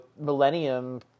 millennium